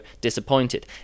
disappointed